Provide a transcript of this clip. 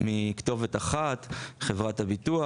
מכתובת אחת, חברת הביטוח.